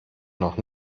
noch